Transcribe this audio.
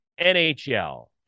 NHL